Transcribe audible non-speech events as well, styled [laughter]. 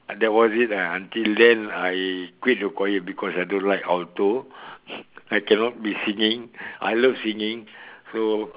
that was it ah until then I quit the choir because I don't like alto [laughs] I cannot be singing I love singing so